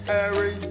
Harry